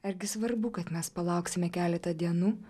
argi svarbu kad mes palauksime keletą dienų